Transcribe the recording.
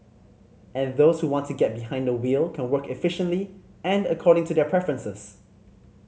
and those who want to get behind the wheel can work efficiently and according to their preferences